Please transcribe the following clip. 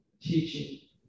teaching